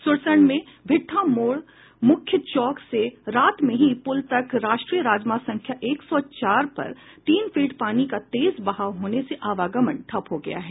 सुरसंड में भिट्टामोड़ मुख्य चौक से रात में ही प्रल तक राष्ट्रीय राजमार्ग संख्या एक सौ चार पर तीन फीट पानी का तेज बहाव होने से आवागमन ठप हो गया है